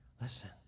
Listen